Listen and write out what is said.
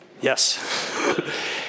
Yes